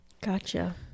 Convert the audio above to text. Gotcha